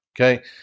Okay